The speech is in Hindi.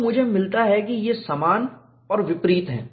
तो मुझे मिलता है कि ये समान और विपरीत हैं